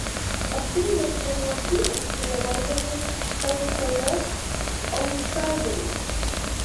aptingęs lietuvos rytas turėjo vargo su lkl autsaideriais